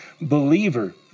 believer